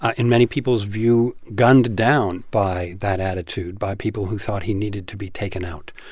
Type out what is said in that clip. in many people's view, gunned down by that attitude by people who thought he needed to be taken out.